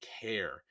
care